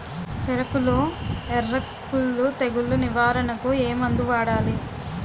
చెఱకులో ఎర్రకుళ్ళు తెగులు నివారణకు ఏ మందు వాడాలి?